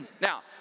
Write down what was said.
now